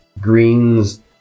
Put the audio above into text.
greens